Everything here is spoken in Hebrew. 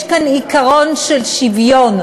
יש כאן עיקרון של שוויון.